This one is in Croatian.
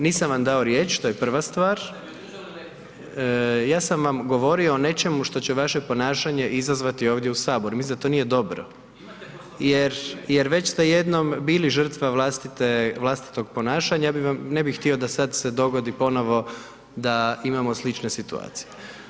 Nisam vam dao riječ, to je prva stvar, ja sam vam govorio o nečemu što će vaše ponašanje izazvati ovdje u Saboru, mislim da to nije dobro jer već ste jednom bili žrtva vlastitog ponašanja, ja ne bih htio da sad se dogodi ponovo da imamo slične situacije.